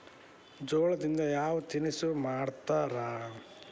ಜೋಳದಿಂದ ಯಾವ ತಿನಸು ಮಾಡತಾರ?